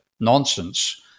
nonsense